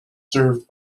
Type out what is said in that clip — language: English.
served